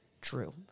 True